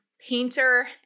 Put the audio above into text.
painter